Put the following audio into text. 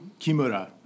Kimura